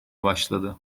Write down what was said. başladı